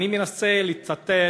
אני מנסה לצטט